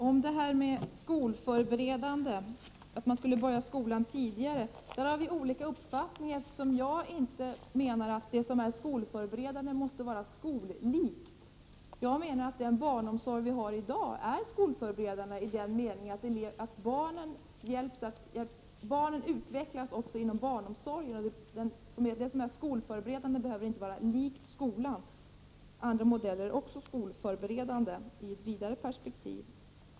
Fru talman! Om skolförberedande undervisning och om att man skulle börja skolan tidigare har vi olika uppfattning. Jag anser inte att det som är skolförberedande också måste vara skollikt. Jag menar att den barnomsorg vi har i dag är skolförberedande, i den meningen att barnen utvecklas också inom barnomsorgen. Också andra modeller än sådana som är skolliknande är skolförberedande i ett vidare perspektiv.